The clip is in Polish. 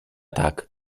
tak